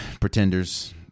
pretenders